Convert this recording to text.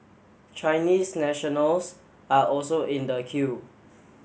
Chinese nationals are also in the queue